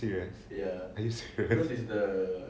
serious are you serious